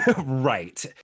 right